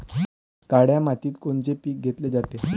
काळ्या मातीत कोनचे पिकं घेतले जाते?